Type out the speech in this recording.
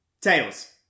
Tails